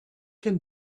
can